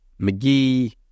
McGee